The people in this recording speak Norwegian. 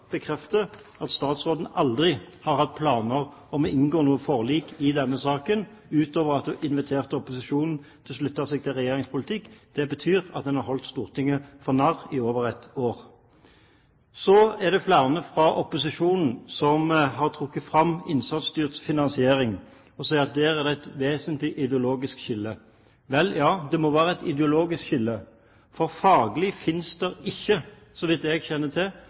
bekrefter at statsråden aldri har hatt planer om å inngå noe forlik i denne saken, utover at hun inviterte opposisjonen til å slutte seg til Regjeringens politikk. Det betyr at en har holdt Stortinget for narr i over ett år. Så er det flere fra opposisjonen som har trukket fram innsatsstyrt finansiering, og sier at der er det et vesentlig ideologisk skille. Vel, ja, det må være et ideologisk skille, for faglig finnes det ikke – så vidt jeg kjenner til